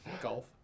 golf